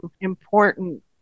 important